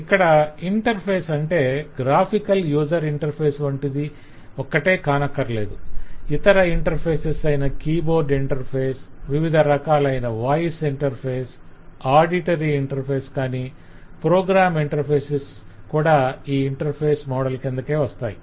ఇక్కడ ఇంటర్ఫేస్ అంటే graphical user interface వంటిది ఒక్కటే కానక్కరలేదు ఇతర ఇంటర్ఫేసెస్ అయిన కీబోర్డు ఇంటర్ఫేస్ వివిధ రకాలైన వాయిస్ ఇంటర్ఫేసెస్ ఆడిటరీ ఇంటర్ఫేస్ గాని ప్రోగ్రామ్ ఇంటర్ఫేసెస్ కూడా ఈ ఇంటర్ఫేస్ మోడల్ కిందకే వస్తాయి